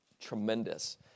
tremendous